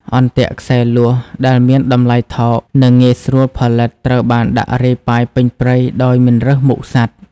អន្ទាក់ខ្សែលួសដែលមានតម្លៃថោក និងងាយស្រួលផលិត ត្រូវបានដាក់រាយប៉ាយពេញព្រៃដោយមិនរើសមុខសត្វ។